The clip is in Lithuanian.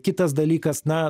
kitas dalykas na